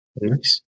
Nice